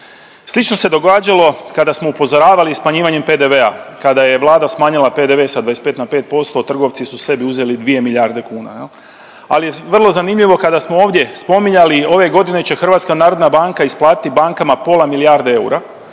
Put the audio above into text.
Slično se događalo kada smo upozoravali smanjivanjem PDV-a, kada je Vlada smanjila PDV sa 25 na 5%, trgovci su sebi uzeli 2 milijarde kuna. Ali je vrlo zanimljivo kada smo ovdje spominjali ove godine će HNB isplatiti bankama pola milijarde eura